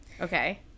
Okay